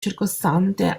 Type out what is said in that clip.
circostante